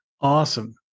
Awesome